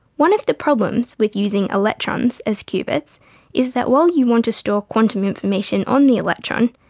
one of the problems with using electrons as qubits is that while you want to store quantum information on the electron,